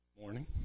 morning